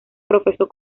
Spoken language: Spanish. profesó